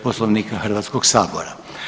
Poslovnika Hrvatskoga sabora.